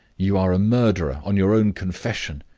you are a murderer on your own confession.